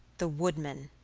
the woodman